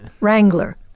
Wrangler